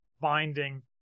binding